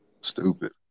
Stupid